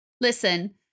listen